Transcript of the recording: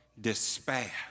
despair